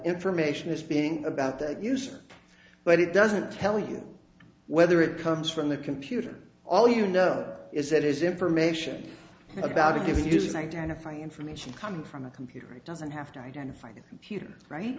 information is being about that user but it doesn't tell you whether it comes from the computer all you know is that is information about a given use identifying information coming from a computer it doesn't have to identify the computer right